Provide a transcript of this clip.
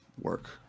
work